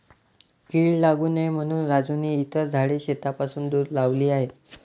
कीड लागू नये म्हणून राजूने इतर झाडे शेतापासून दूर लावली आहेत